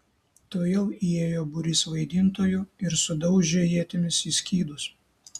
tuojau įėjo būrys vaidintojų ir sudaužė ietimis į skydus